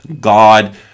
God